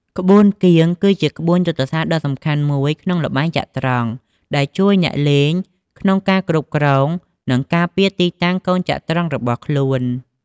ក្បួនគៀង គឺជាក្បួនយុទ្ធសាស្ត្រដ៏សំខាន់មួយក្នុងល្បែងចត្រង្គ ដែលជួយអ្នកលេងក្នុងការគ្រប់គ្រង និងការពារទីតាំងកូនចត្រង្គរបស់ខ្លួន។